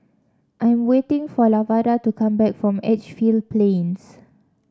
I am waiting for Lavada to come back from Edgefield Plains